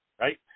right